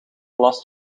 last